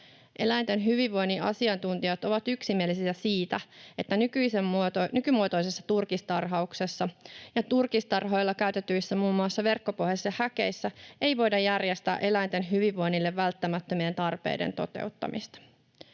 Eläinten hyvinvoinnin asiantuntijat ovat yksimielisiä siitä, että nykymuotoisessa turkistarhauksessa ja turkistarhoilla käytetyissä muun muassa verkkopohjaisissa häkeissä ei voida järjestää eläinten hyvinvoinnille välttämättömien tarpeiden toteuttamista.